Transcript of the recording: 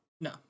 No